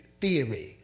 theory